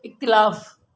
इख़्तिलाफ़